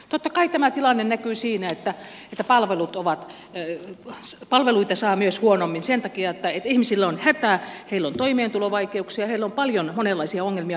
totta kai tämä tilanne näkyy siinä että palveluita saa myös huonommin sen takia että ihmisillä on hätä heillä on toimeentulovaikeuksia heillä on paljon monenlaisia ongelmia perheissä